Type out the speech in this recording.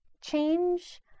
change